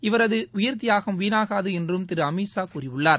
இவரது உயிர்த்தியாகம் வீணாகாது என்றும் திரு அமீத் ஷா கூறியுள்ளார்